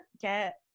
get